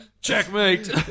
Checkmate